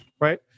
Right